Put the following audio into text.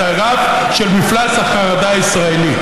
את הרף של מפלס החרדה הישראלי,